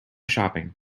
shopping